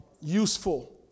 useful